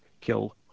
kill